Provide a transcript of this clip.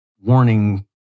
warning